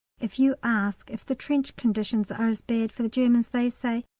if you ask if the trench conditions are as bad for the germans, they say,